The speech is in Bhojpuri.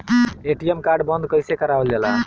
ए.टी.एम कार्ड बन्द कईसे करावल जाला?